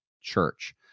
church